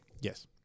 yes